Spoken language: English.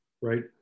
right